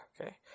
Okay